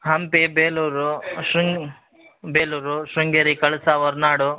ಹಂಪಿ ಬೇಲೂರು ಶೃಂಗ್ ಬೇಲೂರು ಶೃಂಗೇರಿ ಕಳಸ ಹೊರ್ನಾಡು